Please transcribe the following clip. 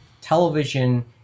television